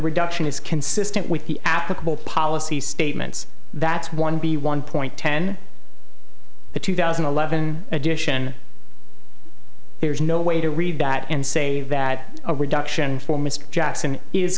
reduction is consistent with the applicable policy statements that's one b one point ten the two thousand and eleven edition there's no way to read that and say that a reduction for mr jackson is